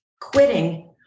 quitting